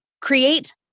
create